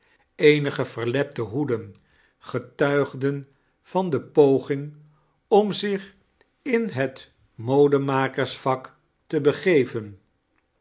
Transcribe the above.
jsenige verltepte hoeden getuigden van de poging om zich in het modemaakstersvak te begeven